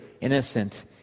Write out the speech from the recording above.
innocent